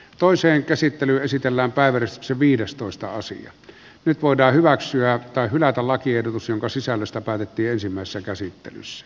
toiseen käsittelyyn esitellä päivänä se viides toista asia nyt voidaan hyväksyä tai hylätä lakiehdotus jonka sisällöstä päätettiin ensimmäisessä käsittelyssä